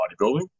bodybuilding